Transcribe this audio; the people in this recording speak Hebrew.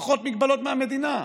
פחות הגבלות מהמדינה.